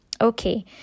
Okay